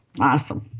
Awesome